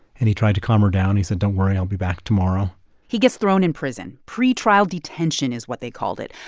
and he tried to calm her down. he said, don't worry. i'll be back tomorrow he gets thrown in prison. pretrial detention is what they called it.